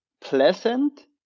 pleasant